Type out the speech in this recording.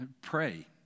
Pray